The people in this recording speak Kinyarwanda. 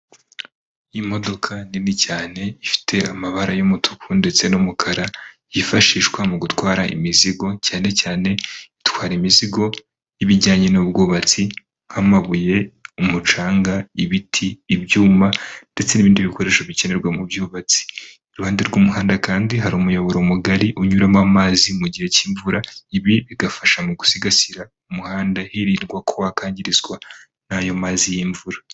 Imodoka nini cyane ifite amabara y'umutuku ndetse n'umukara yifashishwa mu gutwara imizigo cyane cyane itwara imizigo' ibijyanye n'ubwubatsi, nk'amabuyeumucanga, ibiti, ibyuma ndetse n'ibindi bikoresho bikenerwa mubwubatsi, iruhande rw'umuhanda kandi hari umuyoboro mugari unyuramo amazi mu gihe cy'imvura ibi bigafasha mu gusigasira umuhanda hirirwa ko hakangirizwa n'ayo mazi y'imvura.